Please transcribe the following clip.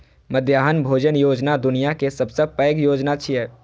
मध्याह्न भोजन योजना दुनिया के सबसं पैघ योजना छियै